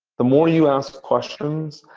the more you ask questions,